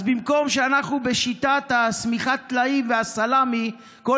אז במקום שיטת שמיכת הטלאים והסלמי ושכל